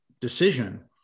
decision